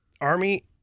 Army